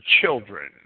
children